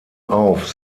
auf